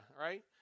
right